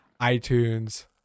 itunes